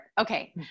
Okay